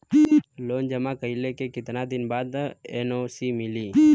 Loan जमा कइले के कितना दिन बाद एन.ओ.सी मिली?